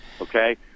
Okay